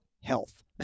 health